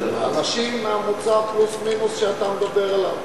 אנשים מהמוצא פלוס-מינוס שאתה מדבר עליו,